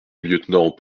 lieutenant